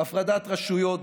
הפרדת רשויות,